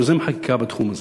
אני יוזם חקיקה בתחום הזה.